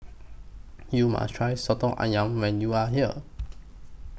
YOU must Try Soto Ayam when YOU Are here